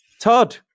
todd